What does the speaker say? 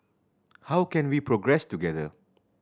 how can we progress together